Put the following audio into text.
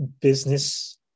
business